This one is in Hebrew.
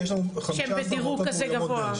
יש לנו 15 מועצות --- שהן בדירוג כזה גבוה.